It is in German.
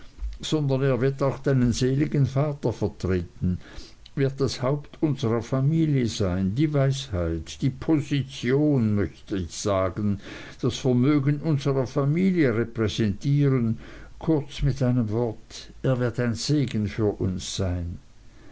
er wird auch deinen seligen vater vertreten wird das haupt unserer familie sein die weisheit position ich möchte sagen das vermögen unserer familie repräsentieren kurz mit einem wort er wird ein segen für uns sein